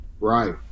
Right